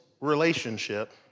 relationship